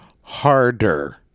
harder